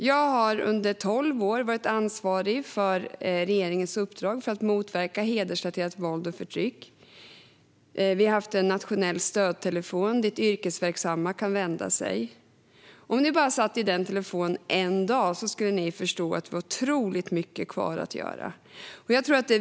Jag har under tolv år varit ansvarig för regeringens uppdrag för att motverka hedersrelaterat våld och förtryck. Vi har haft en nationell stödtelefon dit yrkesverksamma kunnat vända sig. Om ni bara satt i den telefonen en dag skulle ni förstå att vi har otroligt mycket kvar att göra.